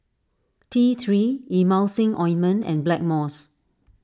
T three Emulsying Ointment and Blackmores